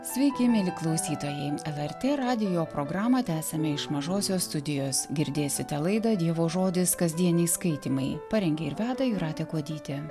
sveiki mieli klausytojai lrt radijo programą tęsiame iš mažosios studijos girdėsite laidą dievo žodis kasdieniai skaitymai parengė ir veda jūratė kuodytė